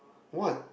what